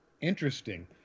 Interesting